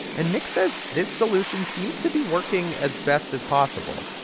and mick says this solution seems to be working as best as possible.